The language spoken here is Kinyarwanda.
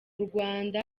rwanda